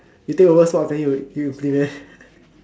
you take over sports then you you implement